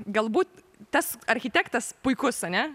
galbūt tas architektas puikus ane